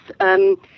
Yes